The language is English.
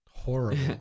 Horrible